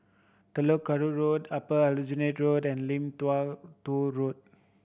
Telok Kurau Road Upper Aljunied Road and Lim Tua Tow Road